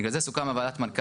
בגלל זה סוכם בוועדת מנכ"לים,